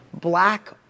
black